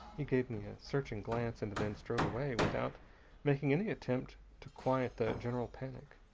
he gave me a searching glance, and then strode away, without making any attempt to quiet the general panic.